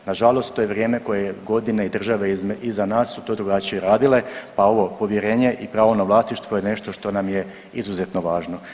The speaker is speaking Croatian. Na žalost to je vrijeme koje je godine i države iza nas su to drugačije radile, pa ovo povjerenje i pravo na vlasništvo je nešto što nam je izuzetno važno.